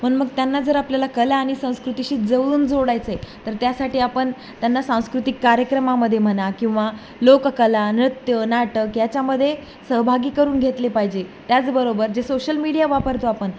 म्हणून मग त्यांना जर आपल्याला कला आणि संस्कृतीशी जवळून जोडायचं आहे तर त्यासाठी आपण त्यांना सांस्कृतिक कार्यक्रमामध्ये म्हणा किंवा लोककला नृत्य नाटक याच्यामध्ये सहभागी करून घेतले पाहिजे त्याचबरोबर जे सोशल मीडिया वापरतो आपण